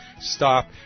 stop